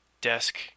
desk